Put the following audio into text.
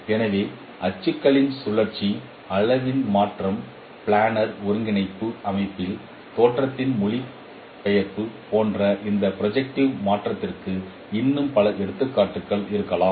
எனவே அச்சுகளின் சுழற்சி அளவின் மாற்றம் பிளானர் ஒருங்கிணைப்பு அமைப்பில் தோற்றத்தின் மொழிபெயர்ப்பு போன்ற இந்த ப்ரொஜெக்ட்டிவ் மாற்றத்திற்கு இன்னும் பல எடுத்துக்காட்டுகள் இருக்கலாம்